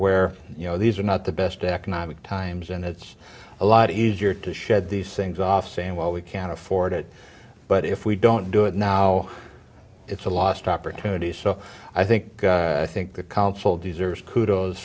where you know these are not the best economic times and it's a lot easier to shed these things off saying well we can't afford it but if we don't do it now it's a lost opportunity so i think i think the council deserves kudos